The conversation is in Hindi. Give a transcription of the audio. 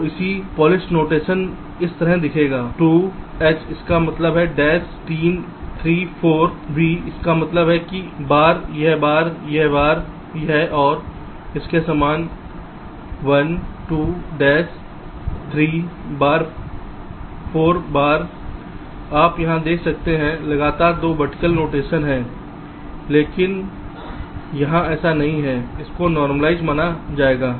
तो इसी पॉलिश नोटेशन इस तरह दिखेंगे 1 2 H इसका मतलब है डैश 3 4 V इसका मतलब है कि बार यह बार यह बार यह और इसके समान 1 2 डैश 3 बार 4 बार आप यहां देख सकते हैं लगातार दो वर्टिकल नोटेशन हैं लेकिन यहां ऐसा नहीं है इसको नॉर्मलाइज़ माना जाएगा